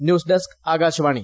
news desk Akashvani